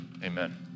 Amen